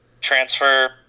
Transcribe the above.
transfer